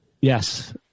Yes